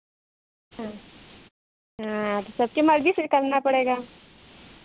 हाँ हाँ तो सबके मर्ज़ी से करना पड़ेगा